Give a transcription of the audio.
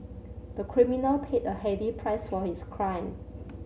the criminal paid a heavy price for his crime